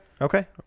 okay